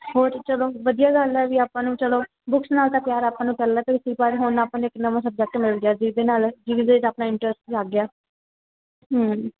ਹੋਰ ਚਲੋ ਵਧੀਆ ਗੱਲ ਹੈ ਵੀ ਆਪਾਂ ਨੂੰ ਚਲੋ ਬੁੱਕਸ ਨਾਲ ਤਾਂ ਪਿਆਰ ਆਪਾਂ ਨੂੰ ਪਹਿਲਾਂ ਤੋਂ ਹੀ ਸੀ ਪਰ ਹੁਣ ਆਪਾਂ ਨੂੰ ਇੱਕ ਨਵਾਂ ਸਬਜੈਕਟ ਮਿਲ ਗਿਆ ਜਿਹਦੇ ਨਾਲ ਜਿਹਦੇ ਵਿੱਚ ਆਪਣਾ ਇੰਟਰਸਟ ਜਾਗਿਆ